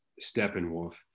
Steppenwolf